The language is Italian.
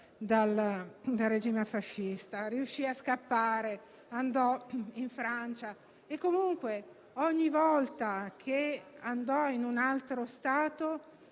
dal regime fascista. Riuscì a scappare, andò in Francia, e comunque, ogni volta che si recava in un altro Stato,